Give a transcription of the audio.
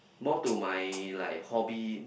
more to my like hobby